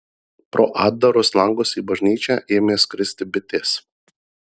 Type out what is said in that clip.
pro atdarus langus į bažnyčią ėmė skristi bitės